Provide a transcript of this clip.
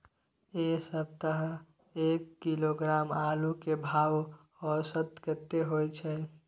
ऐ सप्ताह एक किलोग्राम आलू के भाव औसत कतेक होय छै?